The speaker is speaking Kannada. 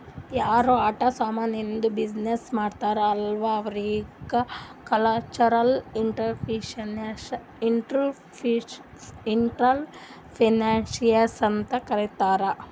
ಯಾರ್ ಆಟ ಸಾಮಾನಿದ್ದು ಬಿಸಿನ್ನೆಸ್ ಮಾಡ್ತಾರ್ ಅಲ್ಲಾ ಅವ್ರಿಗ ಕಲ್ಚರಲ್ ಇಂಟ್ರಪ್ರಿನರ್ಶಿಪ್ ಅಂತ್ ಕರಿತಾರ್